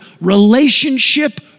relationship